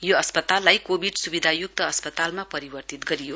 यो अस्पताललाई कोविड सूविधा युक्त अस्पतालमा परिवर्तित गरियो